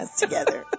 together